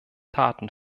taten